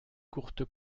courte